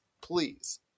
please